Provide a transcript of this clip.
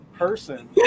Person